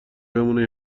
بمونه